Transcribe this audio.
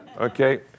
Okay